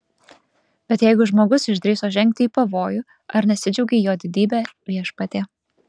bet jeigu žmogus išdrįso žengti į pavojų ar nesidžiaugei jo didybe viešpatie